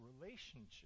relationship